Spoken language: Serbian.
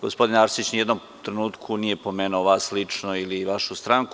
Gospodin Arsić ni u jednom trenutku nije pomenuo vas lično ili vašu stranku.